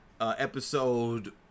episode